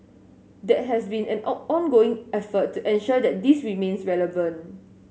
that has to be an ongoing effort to ensure that this remains relevant